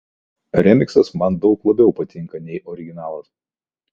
remiksas man daug labiau patinka nei originalas